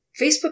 Facebook